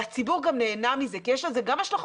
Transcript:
והציבור גם נהנה מזה כי יש לזה גם השלכות